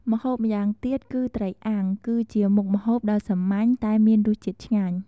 ម្ហូបម៉្យាងទៀត គឺត្រីអាំង គឺជាមុខម្ហូបដ៏សាមញ្ញតែមានរសជាតិឆ្ងាញ់។